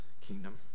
kingdom